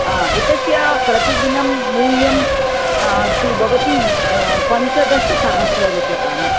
एतस्य प्रतिदिनं मूल्यं तु भवति पञ्चदशसहस्ररूप्यकाणि